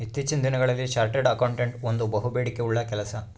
ಇತ್ತೀಚಿನ ದಿನಗಳಲ್ಲಿ chartered accountant ಒಂದು ಬಹುಬೇಡಿಕೆ ಉಳ್ಳ ಕೆಲಸ